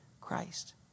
Christ